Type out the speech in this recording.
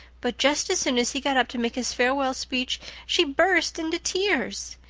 but just as soon as he got up to make his farewell speech she burst into tears.